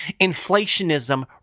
inflationism